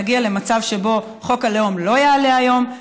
ונגיע למצב שבו חוק הלאום לא יעלה היום,